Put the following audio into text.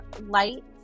Light